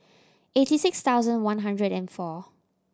eighty six thousand one hundred and four